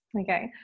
Okay